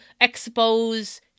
expose